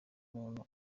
umuntu